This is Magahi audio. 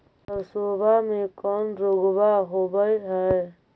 सरसोबा मे कौन रोग्बा होबय है?